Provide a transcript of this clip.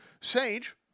Sage